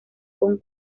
con